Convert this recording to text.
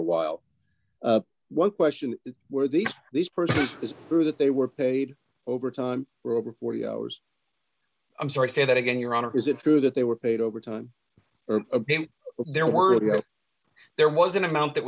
a while one question where these these person is true that they were paid overtime for over forty hours i'm sorry say that again your honor is it true that they were paid overtime or there were there was an amount that